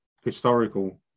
historical